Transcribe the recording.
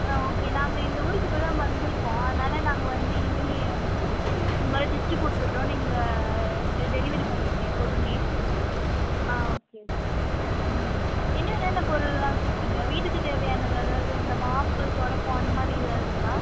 on okay நாங்கள் இந்த ஊருக்கு இப்போ தான் வந்துருக்கோம் அதனால் நாங்கள் வந்து இனிமே இந்த மாதிரி லிஸ்ட் கொடுத்துடுறோம் நீங்கள் டெலிவரி பண்ணிவிடுங்க எப்போதுமே ஓகே ஓகே இன்னும் என்னென்ன பொருள்லாம் வச்சுருக்கீங்க வீட்டுக்கு தேவையானது அதாவது இந்த மாப் துடைப்பம் அந்த மாதிரி எதாவது இருக்கா